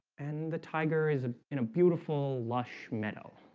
and the tiger is a in a beautiful lush meadow